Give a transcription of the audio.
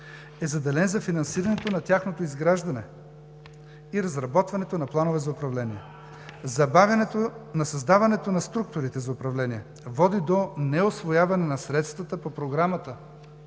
е заделен за финансирането на тяхното изграждане и разработването на плановете за управление. Забавянето на създаването на структурите за управление води до неусвояване на средствата по Оперативна